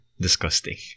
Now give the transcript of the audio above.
disgusting